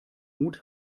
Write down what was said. mut